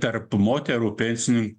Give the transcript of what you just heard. tarp moterų pensin